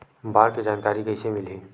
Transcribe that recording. बाढ़ के जानकारी कइसे मिलही?